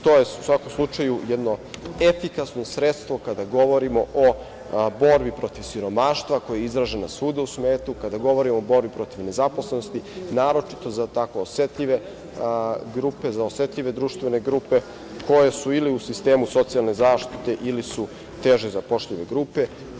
To je, u svakom slučaju, jedno efikasno sredstvo kada govorimo o borbi protiv siromaštva, koja je izražena svuda u svetu, kada govorimo o borbi protiv nezaposlenosti, naročito za tako osetljive grupe, za osetljive društvene grupe koje su ili u sistemu socijalne zaštite ili su teže zapošljive grupe.